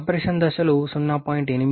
compression దశలు 0